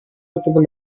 bertemu